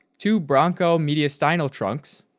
two bronchomediastinal trunks,